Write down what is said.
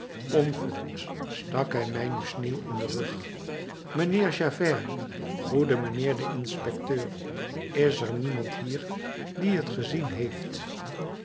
onverhoeds stak hij mij nu sneeuw in den rug mijnheer javert goede mijnheer de inspecteur is er niemand hier die t gezien heeft